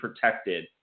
protected